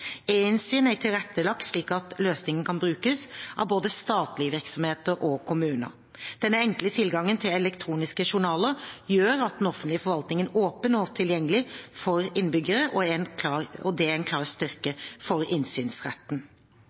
er tilrettelagt slik at løsningen kan brukes av både statlige virksomheter og kommuner. Denne enkle tilgangen til elektroniske journaler gjør den offentlige forvaltningen åpen og tilgjengelig for innbyggerne, og det er en klar styrke for innsynsretten. Selv om det